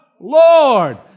Lord